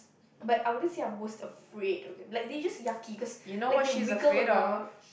but I wouldn't say I'm most afraid of them like they're just yucky because like they wiggle around